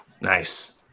nice